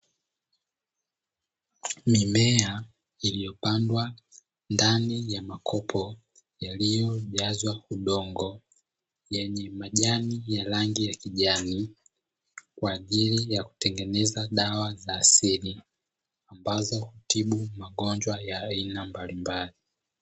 Mimea iliyopandwa ndani ya makopo yaliyojazwa udongo yenye majani ya rangi ya kijani, kwa ajili ya kutengeneza dawa za asili ambazo hutibu magonjwa ya aina mbalimbali.